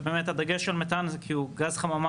ובאמת הדגש על מתאן זה כי הוא גז חממה